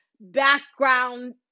background